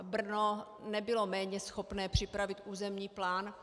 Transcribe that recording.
Brno nebylo méně schopné připravit územní plán.